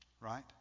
right